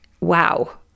Wow